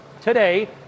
today